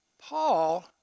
Paul